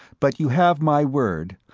but you have my word,